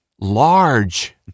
large